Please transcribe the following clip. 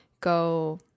go